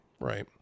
right